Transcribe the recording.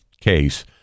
case